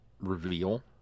reveal